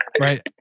right